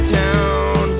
town